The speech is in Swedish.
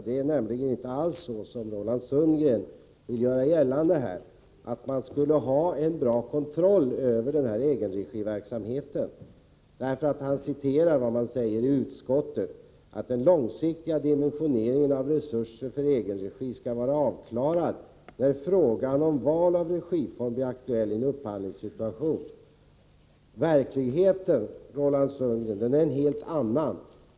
Det är nämligen inte alls så som Roland Sundgren vill göra gällande, att man skulle ha en bra kontroll över egenregiverksamheten; han citerar vad utskottet säger om att ”den långsiktiga dimensioneringen av resurser för egen regi skall vara avklarad, när frågan om val av regiform blir aktuell i en upphandlingssituation”. Verkligheten, Roland Sundgren, är en helt annan.